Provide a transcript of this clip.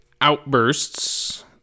outbursts